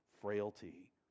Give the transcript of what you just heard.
frailty